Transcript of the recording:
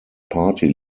party